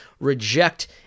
reject